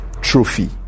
trophy